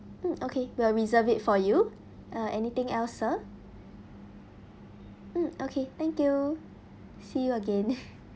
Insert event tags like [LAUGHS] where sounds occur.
mm okay we'll reserve it for you uh anything else sir mm okay thank you see you again [LAUGHS]